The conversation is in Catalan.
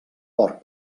porc